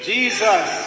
Jesus